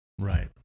Right